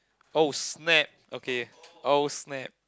oh snap okay oh snap